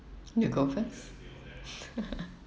you go first